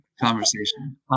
conversation